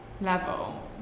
level